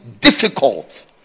difficult